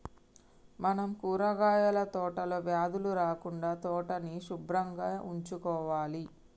మనం కూరగాయల తోటలో వ్యాధులు రాకుండా తోటని సుభ్రంగా ఉంచుకోవాలి